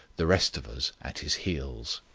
the rest of us at his heels.